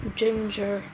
ginger